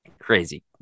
Crazy